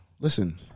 Listen